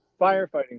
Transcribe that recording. firefighting